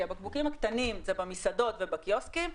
כי הבקבוקים הקטנים זה במסעדות ובקיוסקים,